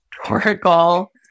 historical